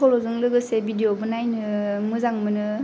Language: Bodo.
सल'जों लोगोसे भिडिअबो नायनो मोजां मोनो